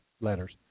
letters